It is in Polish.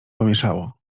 pomieszało